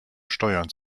steuern